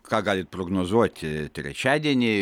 ką galit prognozuoti trečiadienį